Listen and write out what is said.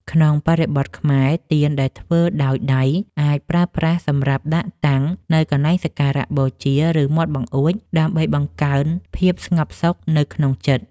ក្នុងបរិបទខ្មែរ ទៀនដែលធ្វើដោយដៃអាចប្រើប្រាស់សម្រាប់ដាក់តាំងនៅកន្លែងសក្ការបូជា ឬមាត់បង្អួច ដើម្បីបង្កើនភាពស្ងប់សុខនៅក្នុងចិត្ត។